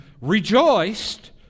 rejoiced